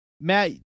Matt